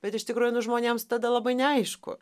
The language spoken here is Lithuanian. bet iš tikrųjų nu žmonėms tada labai neaišku